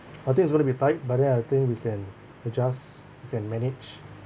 I think it's going to be tight but then I think we can adjust we can manage